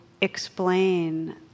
explain